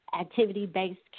activity-based